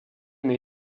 mais